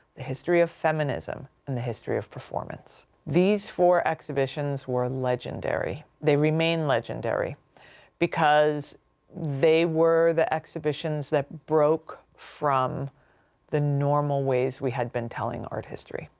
the history of feminism, and the history of performance. these four exhibitions were and legendary. they remain legendary because they were the exhibitions that broke from the normal ways we had been telling art history.